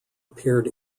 appeared